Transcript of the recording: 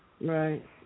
Right